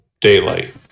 daylight